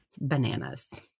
Bananas